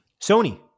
Sony